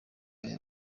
aya